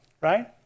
Right